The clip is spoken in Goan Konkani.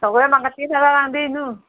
सगळें म्हाका तीन हजारांक दी न्हू